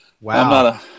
wow